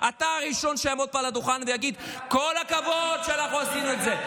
אתה הראשון שיעמוד פה על הדוכן ותגיד: כל הכבוד שאנחנו עשינו את זה.